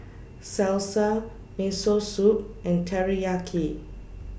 Salsa Miso Soup and Teriyaki